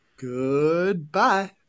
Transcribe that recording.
Goodbye